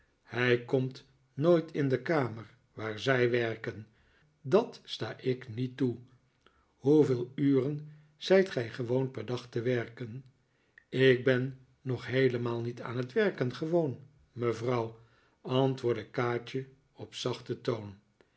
hij komt nooit in de kamer waar zij werken dat sta ik niet toe hoeveel uren zijt gij gewoon per dag te werken ik ben nog heelemaal niet aan werken gewoon mevrouw antwoordde kaatje op zachten toon